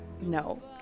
No